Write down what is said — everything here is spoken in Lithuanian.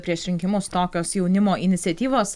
prieš rinkimus tokios jaunimo iniciatyvos